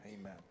Amen